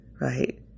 right